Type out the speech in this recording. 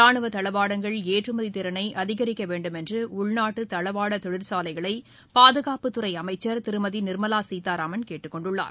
ரானுவ தளவாடங்கள் ஏற்றுமதி திறனை அதிகரிக்க வேண்டும் என்று உள்நாட்டு தளவாட தொழிற்சாலைகளை பாதுகாப்புத்துறை அமைச்சர் திருமதி நிர்மலா சீதாராமன் கேட்டுக் கொண்டுள்ளார்